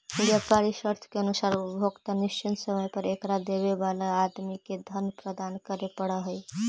व्यापारी शर्त के अनुसार उपभोक्ता निश्चित समय पर एकरा देवे वाला आदमी के धन प्रदान करे पड़ऽ हई